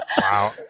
Wow